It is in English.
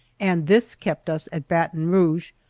and this kept us at baton rouge,